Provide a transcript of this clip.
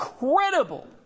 incredible